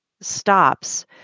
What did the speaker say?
stops